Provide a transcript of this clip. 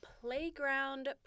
playground